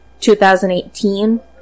2018